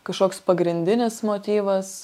kašoks pagrindinis motyvas